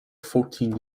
fourteen